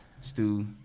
Stu